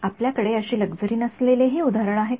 आपल्याकडे अशी लक्झरी नसलेलेही उदाहरण आहे का